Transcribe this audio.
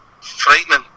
frightening